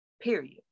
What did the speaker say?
period